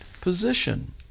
position